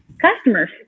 customers